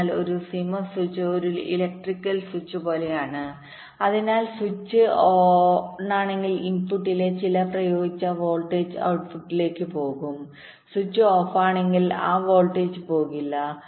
അതിനാൽ ഒരു CMOS switch ഒരു ഇലക്ട്രിക്കൽ സ്വിച്ച് പോലെയാണ് അതിനാൽ സ്വിച്ച് ഓണാണെങ്കിൽ ഇൻപുട്ടിലെ ചില പ്രയോഗിച്ച വോൾട്ടേജ് ഔട്ട്പുട് ലേക്ക് പോകും സ്വിച്ച് ഓഫാണെങ്കിൽ ആ വോൾട്ടേജ് പോകില്ല